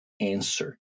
answer